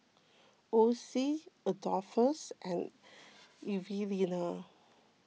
Ossie Adolphus and Evelena